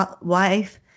wife